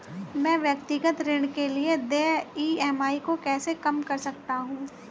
मैं व्यक्तिगत ऋण के लिए देय ई.एम.आई को कैसे कम कर सकता हूँ?